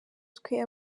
twe